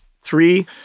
three